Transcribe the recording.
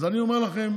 אז אני אומר לכם,